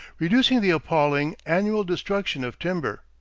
reducing the appalling, annual destruction of timber.